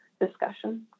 discussion